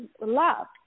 love